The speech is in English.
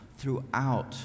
throughout